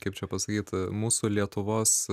kaip čia pasakyt mūsų lietuvos